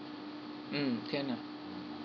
mm can ah